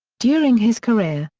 during his career,